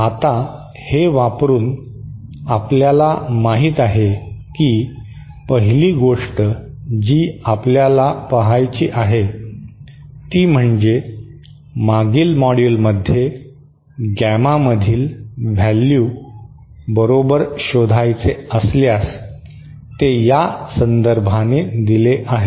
आता हे वापरून आपल्याला माहित आहे की पहिली गोष्ट जी आपल्याला पहायची आहे ती म्हणजे मागील मॉड्यूलमध्ये गॅमा मधील व्हॅल्यू बरोबर शोधायचे असल्यास ते या संदर्भाने दिले आहे